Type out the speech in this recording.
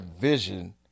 vision